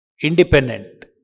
independent